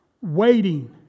waiting